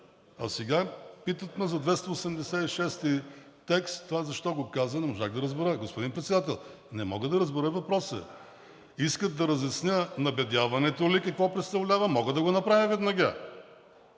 а сега питат ме за текст в чл. 286, това защо го каза, не можах да разбера. Господин Председател, не мога да разбера въпроса. Искат да разясня набедяването ли какво представлява? Мога да го направя веднага,